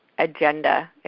Agenda